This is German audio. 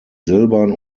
silbern